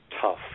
tough